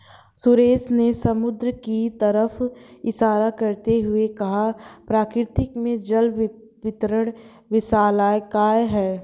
सुरेश ने समुद्र की तरफ इशारा करते हुए कहा प्रकृति में जल वितरण विशालकाय है